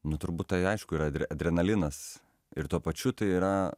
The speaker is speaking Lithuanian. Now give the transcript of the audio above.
nu turbūt tai aišku yra adre adrenalinas ir tuo pačiu tai yra